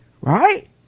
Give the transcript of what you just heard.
right